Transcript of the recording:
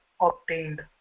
obtained